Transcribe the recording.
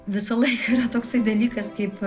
visąlaik yra toksai dalykas kaip